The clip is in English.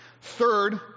Third